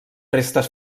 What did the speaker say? restes